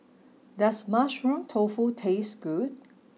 does mushroom tofu taste good